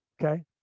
Okay